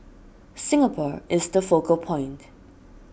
Singapore is the focal point